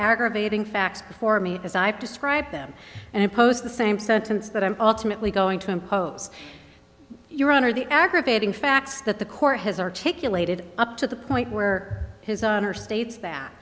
aggravating facts before me as i describe them and impose the same sentence that i'm ultimately going to impose your honor the aggravating facts that the court has articulated up to the point where his honor states that